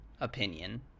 opinion